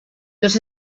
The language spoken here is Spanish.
los